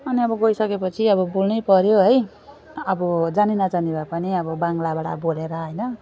अनि अब गइसकेपछि अब बोल्नैपर्यो है अब जानी नजानी भए पनि अब बङ्गलाबाट बोलेर होइन